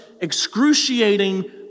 excruciating